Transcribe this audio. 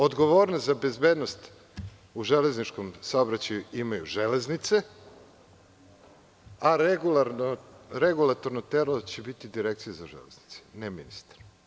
Odgovornost za bezbednost u železničkom saobraćaju imaju „Železnice“, a regulatorno telo će biti Direkcija za železnice, ne ministar.